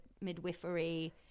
midwifery